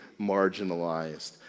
marginalized